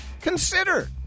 Consider